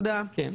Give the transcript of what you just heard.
כן.